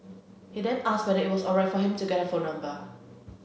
he then asked whether it was alright for him to get her phone number